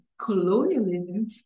colonialism